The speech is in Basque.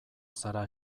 zara